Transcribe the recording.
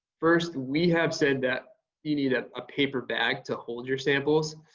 first we have said that you need a ah paper bag to hold your samples.